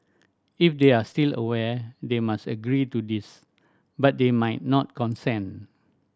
if they are still aware they must agree to this but they might not consent